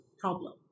problem